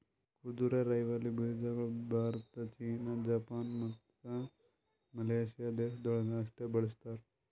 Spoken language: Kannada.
ಕುದುರೆರೈವಲಿ ಬೀಜಗೊಳ್ ಭಾರತ, ಚೀನಾ, ಜಪಾನ್, ಮತ್ತ ಮಲೇಷ್ಯಾ ದೇಶಗೊಳ್ದಾಗ್ ಅಷ್ಟೆ ಬೆಳಸ್ತಾರ್